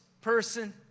person